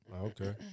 okay